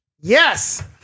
Yes